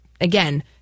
again